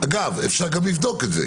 אגב, אפשר גם לבדוק את זה.